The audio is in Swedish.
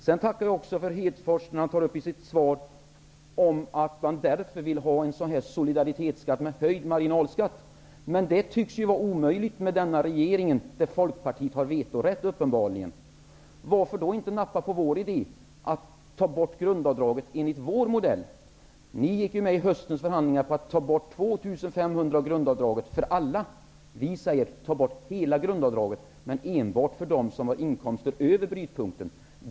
Sedan tackar jag också för att Lars Hedfors talade om att Socialdemokraterna vill ha en solidaritetsskatt i form av höjd marginalskatt. Men det tycks ju vara omöjligt med den nuvarande regeringen, där Folkpartiet uppenbarligen har vetorätt. Varför då inte nappa på vår idé, att ta bort grundavdraget enligt vår modell? Ni gick ju vid höstens förhandlingar med på att ta bort 2 500 kronor av grundavdraget för alla. Vi säger: Ta bort hela grundavdraget men enbart för dem som har inkomster över brytpunkten!